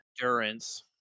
endurance